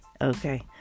Okay